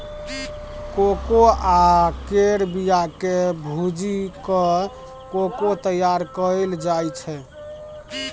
cocoa केर बिया केँ भूजि कय कोको तैयार कएल जाइ छै